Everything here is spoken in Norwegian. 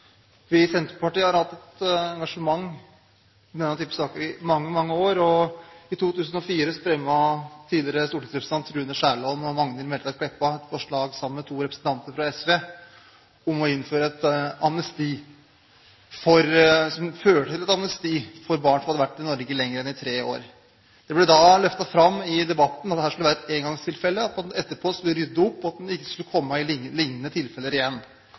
Vi i Senterpartiet har hatt et engasjement i denne typen saker i mange, mange år. I 2004 fremmet tidligere stortingsrepresentant Rune Skjælaaen og Magnhild Meltveit Kleppa et forslag sammen med to representanter fra SV om å innføre et amnesti for barn som hadde vært i Norge lenger enn i tre år. Det ble da løftet fram i debatten at dette skulle være et engangstilfelle, at man etterpå skulle rydde opp slik at det ikke skulle komme liknende tilfeller igjen. Dessverre har historien vist oss at det har kommet liknende tilfeller igjen.